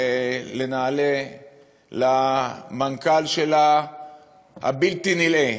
לנעל"ה ולמנכ"ל הבלתי-נלאה